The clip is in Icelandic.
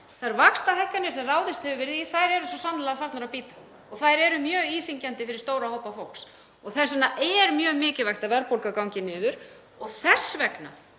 Þær vaxtahækkanir sem ráðist hefur verið í eru svo sannarlega farnar að bíta og þær eru mjög íþyngjandi fyrir stóra hópa fólks. Þess vegna er mjög mikilvægt að verðbólgan gangi niður og þess vegna